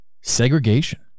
Segregation